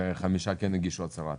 וחמישה כן הגישו הצהרה,